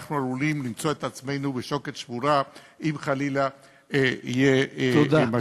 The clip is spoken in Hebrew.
אנחנו עלולים למצוא את עצמנו מול שוקת שבורה אם חלילה יהיה משבר.